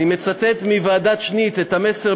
אני מצטט מוועדת שניט את המסר,